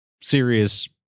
serious